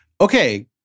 okay